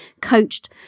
coached